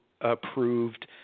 approved